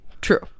True